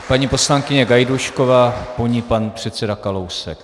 Paní poslankyně Gajdůšková, po ní pan předseda Kalousek.